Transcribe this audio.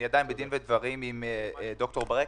ואני עדיין בדין ודברים עם ד"ר ברקת,